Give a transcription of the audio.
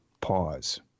pause